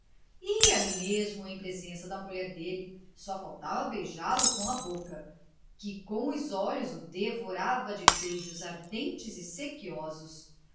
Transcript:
ali mesmo em presença da mulher dele só faltava beijá-lo com a boca que com os olhos o devorava de beijos ardentes e sequiosos